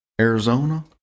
Arizona